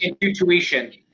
Intuition